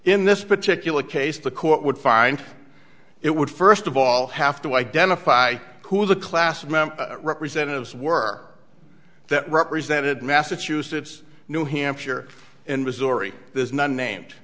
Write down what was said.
in this particular case the court would find it would first of all have to identify who the class member representatives were that represented massachusetts new hampshire in missouri there's none named